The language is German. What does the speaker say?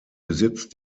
besitzt